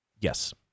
Yes